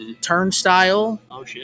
turnstile